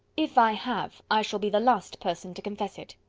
if i have, i shall be the last person to confess it.